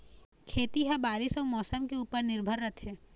खेती ह बारीस अऊ मौसम के ऊपर निर्भर रथे